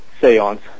seance